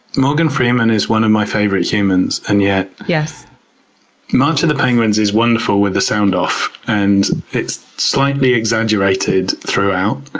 morgan freeman is one of my favorite humans. and yet, march of the penguins is wonderful with the sound off, and it's slightly exaggerated throughout.